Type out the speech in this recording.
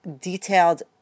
detailed